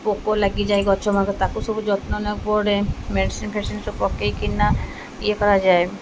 ପୋକ ଲାଗିଯାଏ ଗଛ ମାନଙ୍କରେ ତାକୁ ସବୁ ଯତ୍ନ ନେବାକୁ ପଡ଼େ ମେଡ଼ିସିନ୍ ଫେଡ଼ିସିନ୍ ସବୁ ପକେଇକିନା ଇଏ କରାଯାଏ